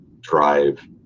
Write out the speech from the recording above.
drive